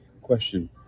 Question